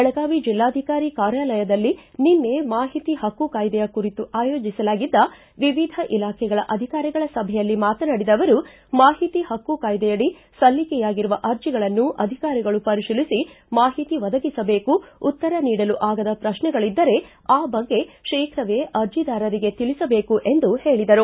ಬೆಳಗಾವಿ ಜಿಲ್ಲಾಧಿಕಾರಿ ಕಾರ್ಯಾಲಯದಲ್ಲಿ ನಿನ್ನೆ ಮಾಹಿತಿ ಹಕ್ಕು ಕಾಯ್ದೆಯ ಕುರಿತು ಆಯೋಜಿಸಲಾಗಿದ್ದ ವಿವಿಧ ಇಲಾಖೆಗಳ ಅಧಿಕಾರಿಗಳ ಸಭೆಯಲ್ಲಿ ಮಾತನಾಡಿದ ಅವರು ಮಾಹಿತಿ ಹಕ್ಕು ಕಾಯ್ದೆಯಡಿ ಸಲ್ಲಿಕೆಯಾಗಿರುವ ಅರ್ಜಿಗಳನ್ನು ಅಧಿಕಾರಿಗಳು ಪರಿಶೀಲಿಸಿ ಮಾಹಿತಿ ಒದಗಿಸಬೇಕು ಉತ್ತರ ನೀಡಲು ಆಗದ ಪ್ರಶ್ನೆಗಳಿದ್ದರೆ ಆ ಬಗ್ಗೆ ಶೀಘವೇ ಅರ್ಜಿದಾರರಿಗೆ ತಿಳಿಸಬೇಕು ಎಂದು ಹೇಳಿದರು